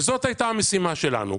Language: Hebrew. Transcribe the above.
זאת הייתה המשימה שלנו.